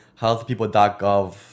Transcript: healthpeople.gov